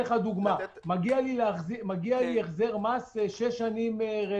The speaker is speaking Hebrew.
מגיע לי החזר מס 6 שנים אחורה.